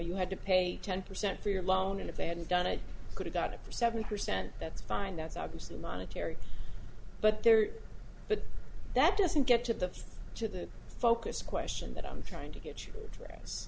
you had to pay ten percent for your loan and if they hadn't done it could've done it for seventy percent that's fine that's obviously monetary but there but that doesn't get to the to the focus question that i'm trying to get your dress